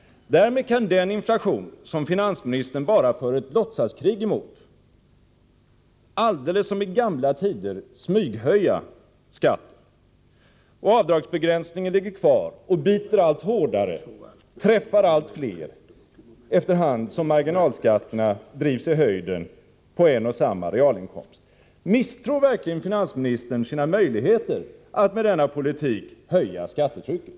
Därmed kan den inflation som finansministern bara för ett låtsaskrig mot alldeles som i gamla tider smyghöja skatten, och avdragsbegränsningen ligger kvar och biter allt hårdare, träffar allt fler efter hand som marginalskatterna drivs i höjden på en och samma realinkomst. Misstror verkligen finansministern sina möjligheter att med denna politik höja skattetrycket?